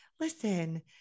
listen